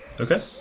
Okay